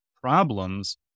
problems